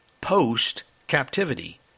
post-captivity